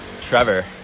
Trevor